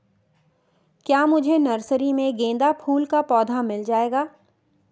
क्या मुझे नर्सरी में गेंदा फूल का पौधा मिल जायेगा?